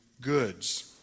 goods